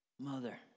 Mother